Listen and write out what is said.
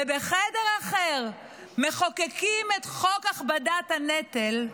ובחדר אחר מחוקקים את חוק הכבדת הנטל,